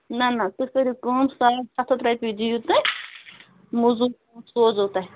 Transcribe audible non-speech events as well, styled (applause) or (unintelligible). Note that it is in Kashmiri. نہ نہ تُہۍ کٔرِو کٲم ساڑ ستھ ہتھ رۄپیہِ دِیِو تُہۍ موٚزوٗر (unintelligible) سوزو تۄہہِ